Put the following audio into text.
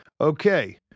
Okay